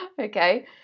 okay